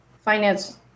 finance